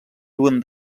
duen